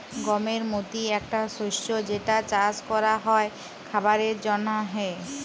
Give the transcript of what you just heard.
গমের মতি একটা শস্য যেটা চাস ক্যরা হ্যয় খাবারের জন্হে